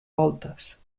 voltes